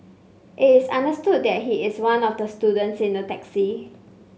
it is understood that he is one of the students in the taxi